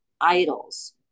idols